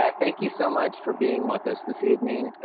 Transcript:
um thank you so much for being with us this evening.